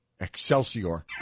Excelsior